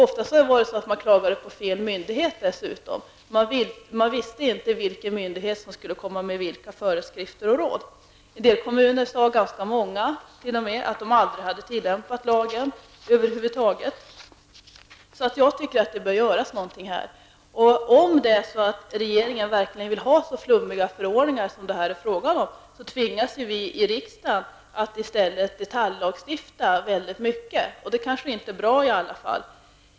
Ofta klagade man dessutom på fel myndighet, eftersom man inte visste vilka myndigheter som skulle komma med föreskrifter och råd. I en del kommuner, t.o.m. ganska många, sade man att man aldrig hade tillämpat lagen över huvud taget. Jag anser att någonting bör göras här. Om regeringen verkligen vill ha så flummiga förordningar som det här är fråga om, tvingas riksdagen i stället att i stor utsträckning lagstifta i detalj, och det kanske inte är bra i alla fall.